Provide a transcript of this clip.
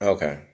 Okay